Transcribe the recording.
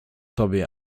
tobie